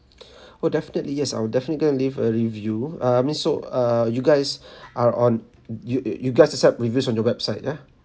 oh definitely yes I will definitely going to leave a review uh I mean so err you guys are on you you guys accept reviews on your website ya